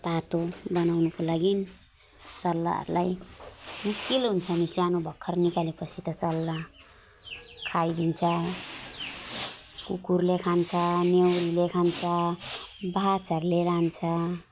तातो बनाउनुको लागि चल्लाहरूलाई मुस्किल हुन्छ नि सानो भर्खर निकाले पछि त चल्ला खाइदिन्छ कुकुरले खान्छ न्याउरीले खान्छ बाजहरूले लान्छ